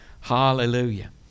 Hallelujah